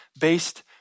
based